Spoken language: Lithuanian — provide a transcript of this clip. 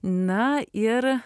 na ir